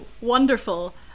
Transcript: wonderful